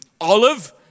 olive